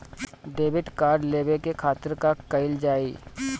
Debit card लेवे के खातिर का कइल जाइ?